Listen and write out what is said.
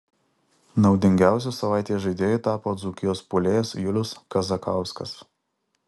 naudingiausiu savaitės žaidėju tapo dzūkijos puolėjas julius kazakauskas